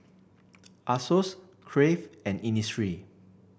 Asos Crave and Innisfree